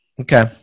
Okay